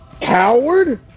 coward